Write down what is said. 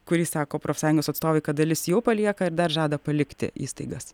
kurį sako profsąjungos atstovai kad dalis jau palieka ir dar žada palikti įstaigas